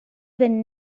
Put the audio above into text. been